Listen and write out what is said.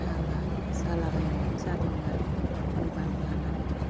हाबा जालाबायनाय जादों आरो मबाइल लानानै